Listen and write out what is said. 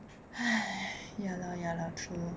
ya lah ya lah true